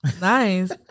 nice